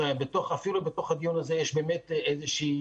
אפילו בתוך הדיון הזה יש באמת איזושהי